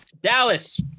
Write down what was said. Dallas